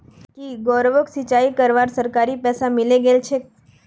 की गौरवक सिंचाई करवार सरकारी पैसा मिले गेल छेक